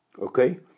Okay